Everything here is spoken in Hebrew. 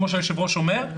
כפי שהיושב-ראש אומר,